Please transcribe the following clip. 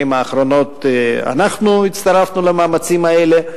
האחרונות אנחנו הצטרפנו למאמצים האלה,